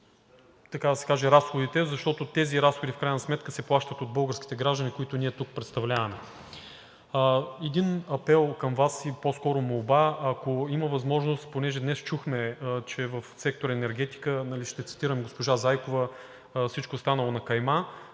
така да се каже, защото тези разходи в крайна сметка се плащат от българските граждани, които ние тук представляваме. Един апел към Вас или по-скоро молба – ако има възможност, понеже днес чухме, че в сектор „Енергетика“ – ще цитирам госпожа Зайкова – „всичко е станало на кайма“,